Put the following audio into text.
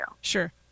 sure